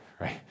right